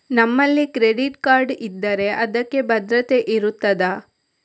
ನಮ್ಮಲ್ಲಿ credit card ಇದ್ದರೆ ಅದಕ್ಕೆ ಭದ್ರತೆ ಇರುತ್ತದಾ?